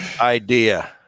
idea